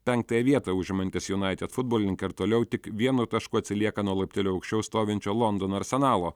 penktąją vietą užimantys united futbolininkai ir toliau tik vienu tašku atsilieka nuo laipteliu aukščiau stovinčio londono arsenalo